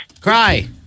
Cry